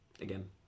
Again